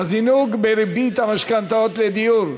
הזינוק בריבית המשכנתאות לדיור,